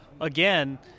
again